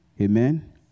amen